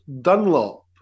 Dunlop